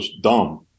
dumb